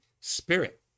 spirit